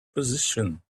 position